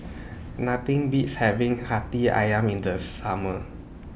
Nothing Beats having Hati Ayam in The Summer